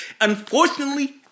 unfortunately